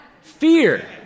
fear